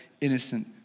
innocent